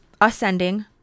ascending